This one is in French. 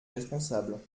responsable